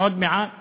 עוד מעט